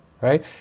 right